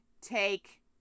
Take